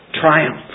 triumph